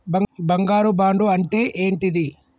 బంగారు బాండు అంటే ఏంటిది?